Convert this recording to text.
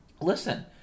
listen